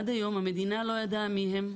עד היום המדינה לא ידעה מי הם,